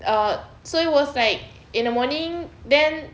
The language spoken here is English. uh so it was like in the morning then